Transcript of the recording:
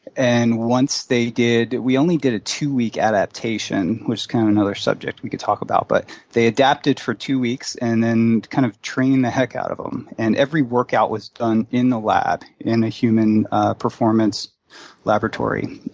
and once they did, we only did a two-week adaptation, which another subject we could talk about, but they adapted for two weeks and then kind of trained the heck out of them. and every workout was done in the lab in a human performance laboratory.